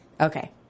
Okay